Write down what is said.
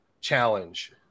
challenge